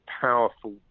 powerful